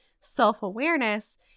self-awareness